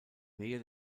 nähe